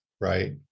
right